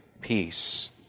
peace